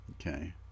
Okay